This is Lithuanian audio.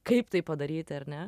kaip tai padaryti ar ne